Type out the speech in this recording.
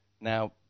Now